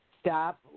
Stop